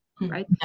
Right